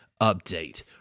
update